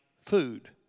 food